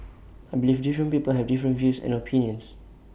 I believe different people have different views and opinions